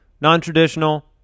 Non-traditional